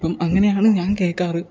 ഇപ്പം അങ്ങനെയാണ് ഞാൻ കേൾക്കാറ്